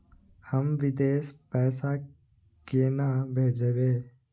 हम विदेश पैसा केना भेजबे?